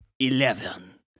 Eleven